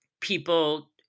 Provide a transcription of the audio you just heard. people